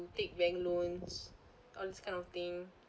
take bank loans all this kind of thing